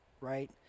right